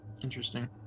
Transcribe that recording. Interesting